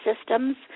systems